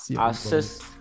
assist